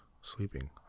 sleeping